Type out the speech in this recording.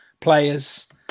players